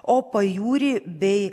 o pajūry bei